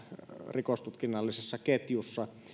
rikostutkinnallisessa ketjussa